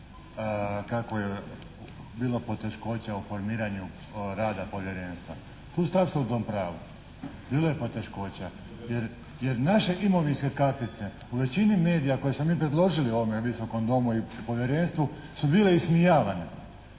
kako je bilo poteškoća u formiranja rada Povjerenstva. … /Govornik se ne razumije./ … u tom pravu. Bilo je poteškoća jer naše imovinske kartice u većini medija koje smo mi predložili u ovom Visokome domu i Povjerenstvu su bile ismijavanje.